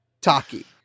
Taki